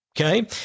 Okay